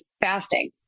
fasting